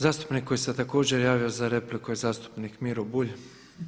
Zastupnik koji se također javio za repliku je zastupnik Miro Bulj.